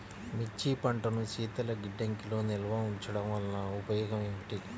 మిర్చి పంటను శీతల గిడ్డంగిలో నిల్వ ఉంచటం వలన ఉపయోగం ఏమిటి?